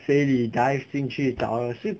水里 dive 进去打咯是